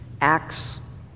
acts